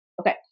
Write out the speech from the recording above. Okay